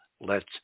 lets